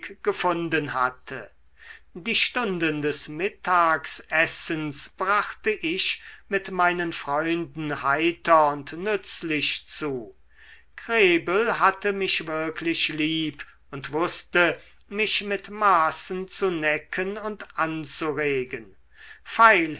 gefunden hatte die stunden des mittagsessens brachte ich mit meinen freunden heiter und nützlich zu krebel hatte mich wirklich lieb und wußte mich mit maßen zu necken und anzuregen pfeil